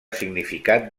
significat